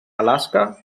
alaska